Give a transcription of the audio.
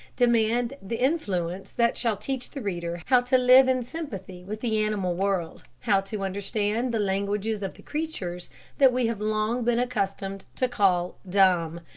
demand the influence that shall teach the reader how to live in sympathy with the animal world how to understand the languages of the creatures that we have long been accustomed to call dumb,